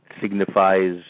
signifies